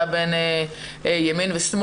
כמי שלא עושה הפרדה בין ימין ושמאל.